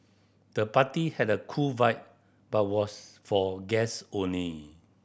the party had a cool vibe but was for guest only